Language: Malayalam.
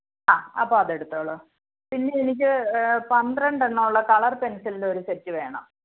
ആ അപ്പം അതെടുത്തോളൂ പിന്നെ എനിക്ക് പന്ത്രണ്ടെണ്ണൂള്ള കളർ പെൻസിലിൻ്റെ ഒരു സെറ്റ് വേണം